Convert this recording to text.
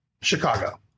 Chicago